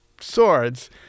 swords